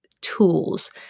tools